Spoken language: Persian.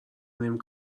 نمی